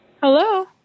Hello